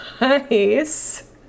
nice